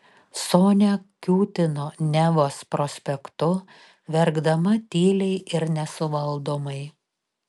sonia kiūtino nevos prospektu verkdama tyliai ir nesuvaldomai